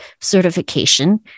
Certification